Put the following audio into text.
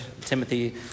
Timothy